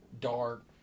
dark